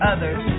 Others